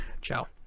Ciao